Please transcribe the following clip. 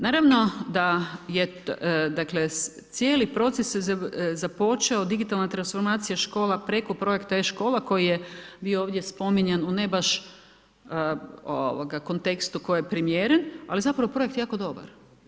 Naravno da je dakle, cijeli proces započeo, digitalna transformacija škola preko projekta e-škola koji je bio ovdje spominjan u ne baš kontekstu koji je primjeren, ali zapravo projekt je jako dobar.